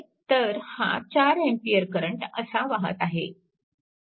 तर हा 4A current असा वाहत आहे